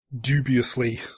dubiously